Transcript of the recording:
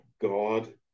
God